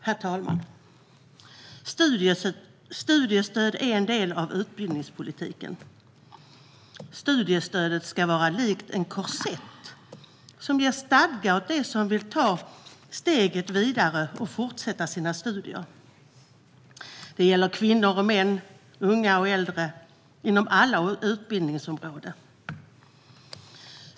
Herr talman! Studiestöd är en del av utbildningspolitiken. Studiestödet ska vara likt en korsett som ger stadga åt dem som vill ta steget vidare och fortsätta sina studier. Det gäller kvinnor och män, unga och äldre, inom alla utbildningsområden.